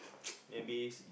maybe